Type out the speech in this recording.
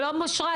שלום אושרת.